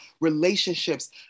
relationships